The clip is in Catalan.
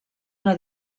una